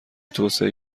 توسعه